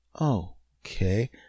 Okay